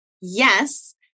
Yes